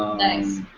nice.